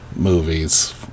movies